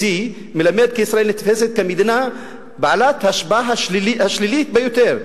שמלמד כי ישראל נתפסת כמדינה בעלת ההשפעה השלילית ביותר.